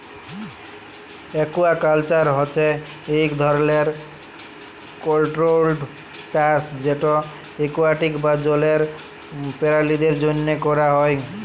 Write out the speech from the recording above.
aquaculture হছে ইক ধরলের কল্ট্রোল্ড চাষ যেট একুয়াটিক বা জলের পেরালিদের জ্যনহে ক্যরা হ্যয়